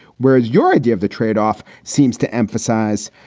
whereas your idea of the tradeoff seems to emphasize.